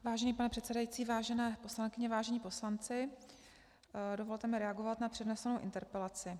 Vážený pane předsedající, vážené poslankyně, vážení poslanci, dovolte mi reagovat na přednesenou interpelaci.